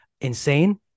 insane